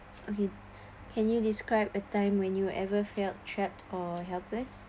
okay can you describe a time when you ever felt trapped or helpless